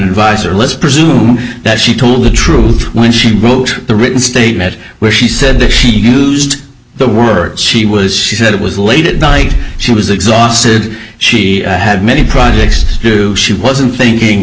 visor let's presume that she told the truth when she wrote the written statement where she said that she used the word she was she said it was late at night she was exhausted she had many projects she wasn't thinking